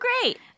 great